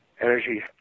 Energy